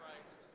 Christ